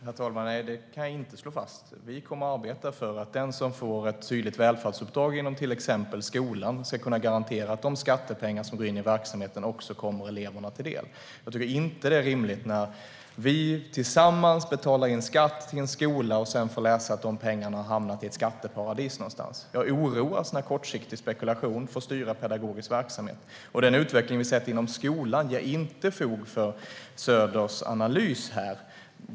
Herr talman! Nej, det kan jag inte slå fast. Vi kommer att arbeta för att den som får ett tydligt välfärdsuppdrag inom till exempel skolan ska kunna garantera att de skattepengar som går in i verksamheterna också kommer eleverna till del. Jag tycker inte att det är rimligt när vi tillsammans betalar in skatt till en skola och sedan får läsa att de pengarna hamnat i ett skatteparadis någonstans. Jag oroas när kortsiktig spekulation får styra pedagogisk verksamhet. Den utveckling vi sett inom skolan ger inte fog för Söders analys här.